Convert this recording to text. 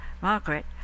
Margaret